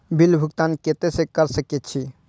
Bill भुगतान केते से कर सके छी?